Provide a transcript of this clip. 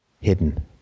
hidden